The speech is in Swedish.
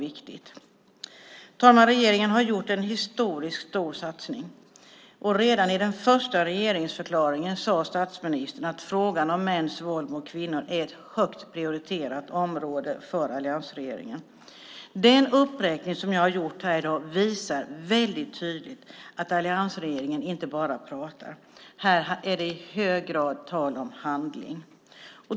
Herr talman! Regeringen har gjort en historiskt stor satsning. Redan i den första regeringsförklaringen sade statsministern att frågor om mäns våld mot kvinnor är ett högt prioriterat område för alliansregeringen. Den uppräkning som jag har gjort här i dag visar väldigt tydligt att alliansregeringen inte bara pratar. Här är det i hög grad tal om handling.